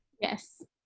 Yes